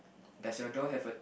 does your door have a